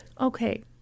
Okay